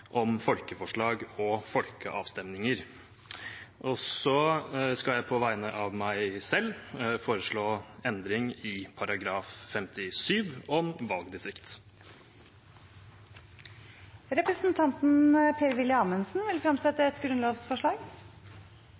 om folkeforslag og folkeavstemninger. Så vil jeg på vegne av meg selv foreslå endring i § 57, om valgdistrikt. Representanten Per-Willy Amundsen vil fremsette et grunnlovsforslag.